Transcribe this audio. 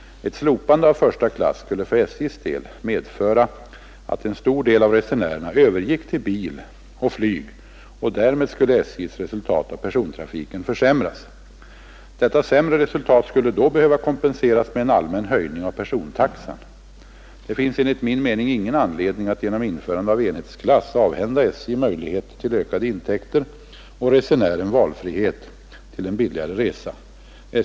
Ett slopande av första klass skulle för SJ:s del medföra att en stor del av resenärerna övergick till bil och flyg och därmed skulle SJ:s resultat av persontrafiken försämras. Detta sämre resultat skulle då behöva kompenseras med en allmän höjning av persontaxan. Det finns enligt min mening ingen anledning att genom införande av enhetsklass avhända SJ möjligheter till ökade intäkter och resenären valfrihet till en billigare resa.